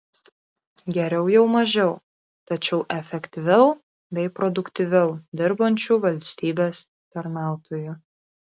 geriau jau mažiau tačiau efektyviau bei produktyviau dirbančių valstybės tarnautojų